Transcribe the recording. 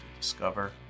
discover